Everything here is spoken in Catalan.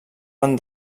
van